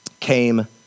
came